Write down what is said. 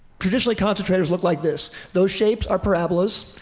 traditionally, concentrators look like this. those shapes are parabolas.